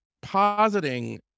positing